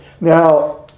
Now